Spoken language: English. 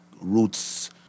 roots